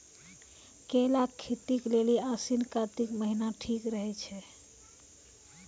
केला के खेती के लेली आसिन कातिक महीना ठीक रहै छै